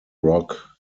rock